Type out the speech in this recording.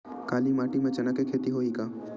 काली माटी म चना के खेती होही का?